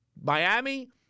Miami